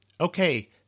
Okay